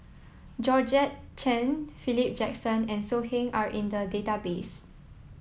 Georgette Chen Philip Jackson and So Heng are in the database